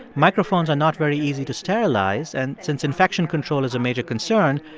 microphones are not very easy to sterilize, and since infection control is a major concern,